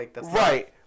right